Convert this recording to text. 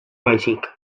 baizik